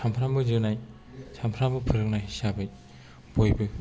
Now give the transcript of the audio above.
सानफ्रामबो जोनाय सानफ्रामबो फोरोंनाय हिसाबै बयबो